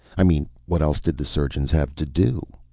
i mean what else did the surgeons have to do?